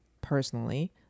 personally